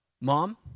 Mom